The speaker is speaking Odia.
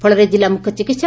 ଫଳରେ କିଲ୍ଲା ମୁଖ୍ୟ ଚିକିସ୍